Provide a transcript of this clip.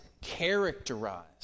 characterized